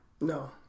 No